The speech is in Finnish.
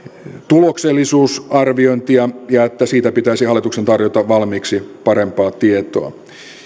tuloksellisuusarviointia ja sitä että siitä pitäisi hallituksen tarjota valmiiksi parempaa tietoa